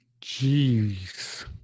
Jeez